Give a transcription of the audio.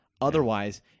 Otherwise